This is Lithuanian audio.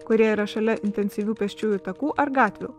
kurie yra šalia intensyvių pėsčiųjų takų ar gatvių